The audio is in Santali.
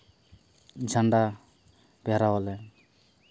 ᱡᱷᱟᱱᱰᱟ ᱜᱷᱮᱨᱟᱣ ᱟᱞᱮ